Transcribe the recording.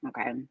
okay